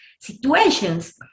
situations